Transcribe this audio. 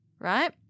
right